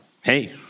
hey